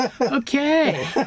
Okay